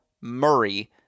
Murray